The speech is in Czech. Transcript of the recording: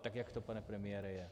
Tak jak to, pane premiére, je?